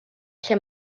lle